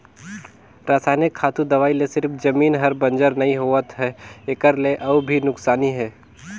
रसइनिक खातू, दवई ले सिरिफ जमीन हर बंजर नइ होवत है एखर ले अउ भी नुकसानी हे